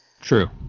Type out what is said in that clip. true